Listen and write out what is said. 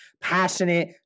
passionate